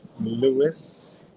Lewis